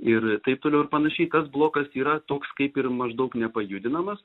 ir taip toliau ir panašiai tas blokas yra toks kaip ir maždaug nepajudinamas